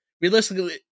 realistically